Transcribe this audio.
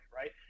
right